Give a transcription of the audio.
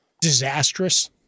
disastrous